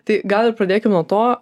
tai gal ir pradėkim nuo to